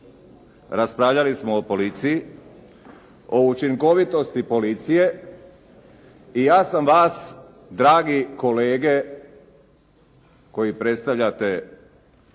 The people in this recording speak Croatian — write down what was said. Raspravljali smo o policiji, o učinkovitosti policije. I ja sam vas dragi kolege koji predstavljate